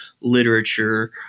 literature